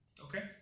Okay